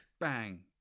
bang